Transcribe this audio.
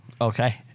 Okay